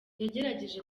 yagerageje